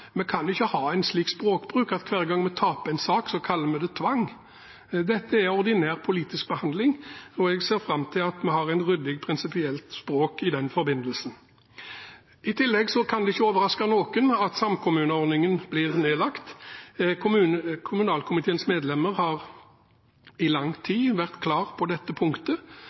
Vi kan ikke ha en slik språkbruk at hver gang vi taper en sak, så kaller vi det tvang. Dette er ordinær politisk behandling, og jeg ser fram til at vi skal ha et ryddig, prinsipielt språk i den forbindelse. I tillegg kan det ikke overraske noen at samkommuneordningen blir nedlagt. Kommunalkomiteens medlemmer har i lang tid vært klar på dette punktet